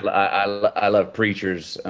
i like i love preachers,